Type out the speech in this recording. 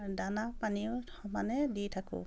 দানা পানীও সমানে দি থাকোঁ